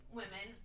women